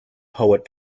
poet